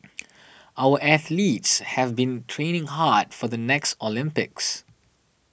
our athletes have been training hard for the next Olympics